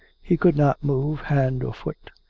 he could not move hand or foot.